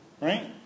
right